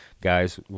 Guys